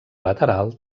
lateral